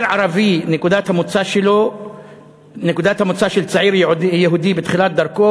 נקודת המוצא של צעיר יהודי בתחילת דרכו